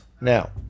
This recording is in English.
Now